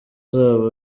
zabo